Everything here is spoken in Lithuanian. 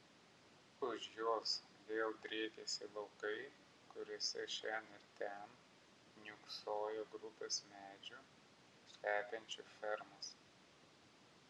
už jos vėl driekėsi laukai kuriuose šen ir ten niūksojo grupės medžių slepiančių fermas